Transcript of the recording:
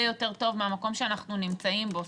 יותר טוב לעומת המקום שאנחנו נמצאים בו.